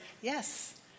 Yes